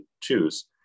choose